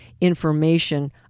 information